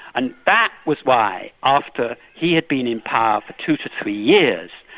and that was why after he had been in power for two to three years,